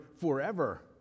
forever